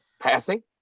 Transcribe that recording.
passing